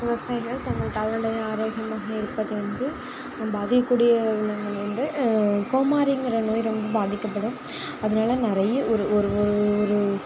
விவசாயிகள் தங்கள் கால்நடைகள் ஆரோக்கியமாக இருப்பதை வந்து பாதிக்கூடிய விலகுங்கள் வந்து கோமாரிங்கிற நோய் ரொம்ப பாதிக்கப்படும் அதனால நிறைய ஒரு ஒரு ஒரு ஒரு